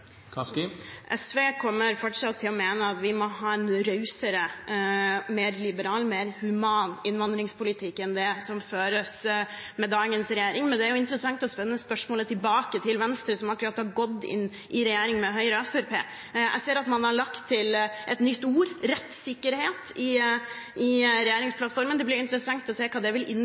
SV kommer fortsatt til å mene at vi må ha en rausere, mer liberal og mer human innvandringspolitikk enn den som føres med dagens regjering. Men det er interessant å spenne spørsmålet tilbake til Venstre, som akkurat har gått inn i regjering med Høyre og Fremskrittspartiet. Jeg ser at man har lagt til et nytt ord – rettssikkerhet – i regjeringsplattformen. Det blir interessant å se hva det vil